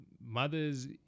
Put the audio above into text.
mothers